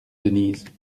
denise